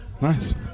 Nice